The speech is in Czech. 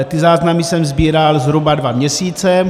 Ty záznamy jsem sbíral zhruba dva měsíce.